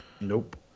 nope